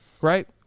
right